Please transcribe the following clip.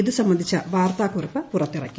ഇത് സംബന്ധിച്ച വാർത്താക്കുറിപ്പ് പുറത്തിറക്കി